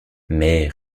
mais